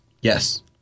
yes